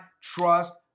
trust